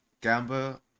Gamba